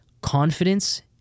Confidence